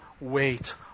wait